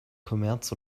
kommerz